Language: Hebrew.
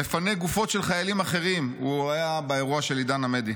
מפנה גופות של חיילים אחרים" הוא היה באירוע של עידן עמדי,